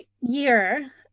year